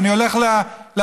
אני הולך לקרמלין,